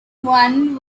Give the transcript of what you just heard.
one